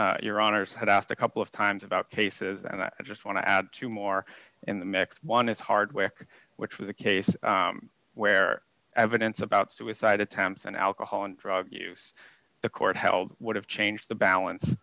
your honour's had asked a couple of times about cases and i just want to add two more in the mix one is hardware which was a case where evidence about suicide attempts and alcohol and drug use the court held would have changed the balance